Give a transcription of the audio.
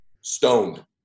stoned